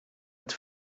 het